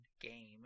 game